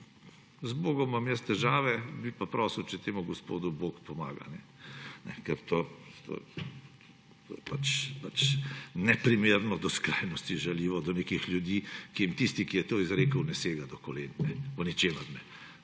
Z bogom imam jaz težave, bi pa prosil, če temu gospodu bog pomaga, ker to je pač neprimerno do skrajnosti, žaljivo do nekih ljudi, ki jim tisti, ki je to izrekel, ne sega do kolen, v ničemer ne.